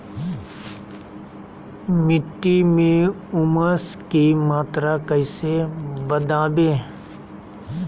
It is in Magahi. मिट्टी में ऊमस की मात्रा कैसे बदाबे?